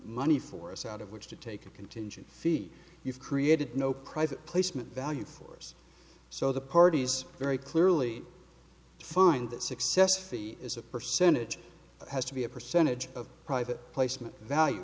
money for us out of which to take a contingent fee you've created no private placement value force so the parties very clearly defined that successfully as a percentage has to be a percentage of private placement value